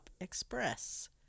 Express